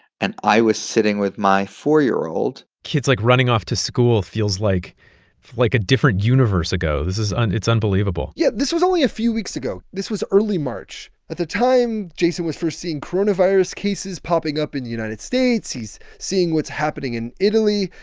and i was sitting with my four year old kids, like, running off to school feels like like a different universe ago. and it's unbelievable yeah. this was only a few weeks ago. this was early march. at the time, jason was first seeing coronavirus cases popping up in the united states. he's seeing what's happening in italy,